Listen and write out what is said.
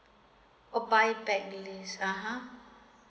orh buy back to the lease